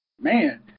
man